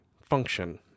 Function